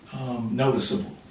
noticeable